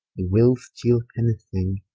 will steale any thing,